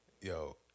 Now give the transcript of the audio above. yo